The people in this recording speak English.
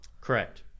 Correct